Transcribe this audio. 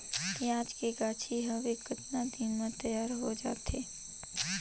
पियाज के गाछी हवे कतना दिन म तैयार हों जा थे?